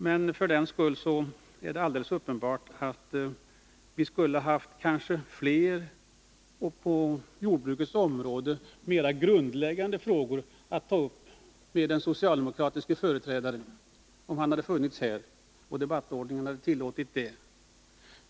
Men det är alldeles uppenbart att vi skulle ha kunnat ta upp fler grundläggande frågor på jordbrukets område om en socialdemokratisk företrädare hade funnits här och om debattordningen hade tillåtit det.